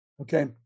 Okay